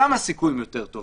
שם הסיכויים טובים יותר.